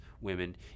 women